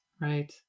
right